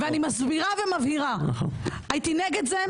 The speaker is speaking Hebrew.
ואני מסבירה ומבהירה: הייתי נגד זה,